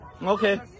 Okay